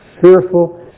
fearful